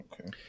Okay